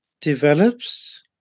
develops